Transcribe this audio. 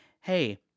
hey